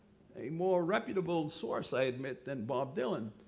a more reputable source i admit than bob dylan,